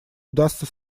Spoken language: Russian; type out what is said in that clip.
удастся